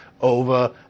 over